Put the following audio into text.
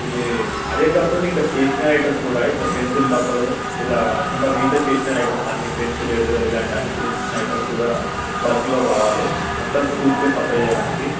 ఇది అదే కాకుండా ఇంకా స్టేషనరీ ఐటమ్స్ కూడా ఇట్లా పెన్సిల్ డబ్బాలు ఇలా ఇంకా మిగతా స్టేషనరీ ఐటమ్స్ అన్ని పెన్సిల్ ఎరైజర్ ఇలాంటి అన్ని చిన్న చిన్న ఐటమ్స్ కూడా బల్కలో కావాలి మొత్తం స్కూల్స్కే సప్లయ్ చేయడానికి